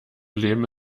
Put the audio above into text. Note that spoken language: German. leben